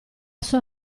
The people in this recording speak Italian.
sua